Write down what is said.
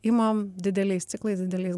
imam dideliais ciklais dideliais